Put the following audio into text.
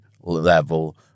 level